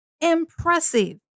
impressive